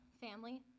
family